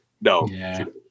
no